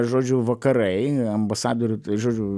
žodžiu vakarai ambasadorių žodžiu